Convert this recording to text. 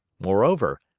moreover,